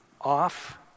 off